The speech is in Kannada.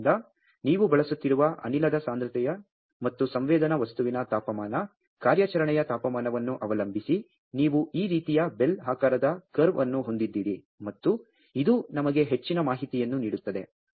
ಆದ್ದರಿಂದ ನೀವು ಬಳಸುತ್ತಿರುವ ಅನಿಲದ ಸಾಂದ್ರತೆ ಮತ್ತು ಸಂವೇದನಾ ವಸ್ತುವಿನ ತಾಪಮಾನ ಕಾರ್ಯಾಚರಣೆಯ ತಾಪಮಾನವನ್ನು ಅವಲಂಬಿಸಿ ನೀವು ಈ ರೀತಿಯ ಬೆಲ್ ಆಕಾರದ ಕರ್ವ್ ಅನ್ನು ಹೊಂದಿದ್ದೀರಿ ಮತ್ತು ಇದು ನಮಗೆ ಹೆಚ್ಚಿನ ಮಾಹಿತಿಯನ್ನು ನೀಡುತ್ತದೆ